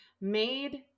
made